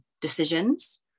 decisions